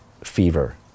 fever